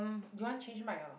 you want change mic or not